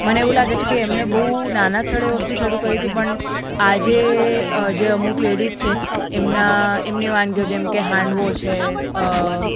મને એવું લાગે છે કે એમને બહુ નાનાં સ્તરેથી વસ્તુ શરૂ કરી હતી પણ આજે જે અમુક લેડીઝ છે એમનાં એમની વાનગીઓ જેમ કે હાંડવો છે